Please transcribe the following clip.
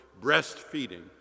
breastfeeding